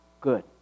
good